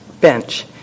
bench